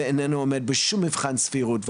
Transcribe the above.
זה איננו עומד בשום מבחן סבירות.